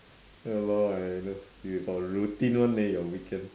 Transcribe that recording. ya lor I know you got routine [one] leh your weekend